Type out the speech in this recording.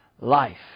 life